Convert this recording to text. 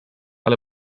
ale